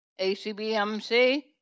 ACBMC